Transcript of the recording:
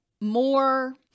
more